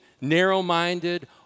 narrow-minded